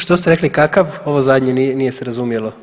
Što ste rekli kakav, ovo zadnje nije se razumjelo?